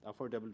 affordable